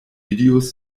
videos